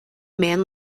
man